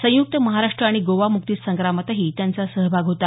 संयुक्त महाराष्ट्र आणि गोवा मुक्ती संग्रामातही त्यांचा सहभाग होता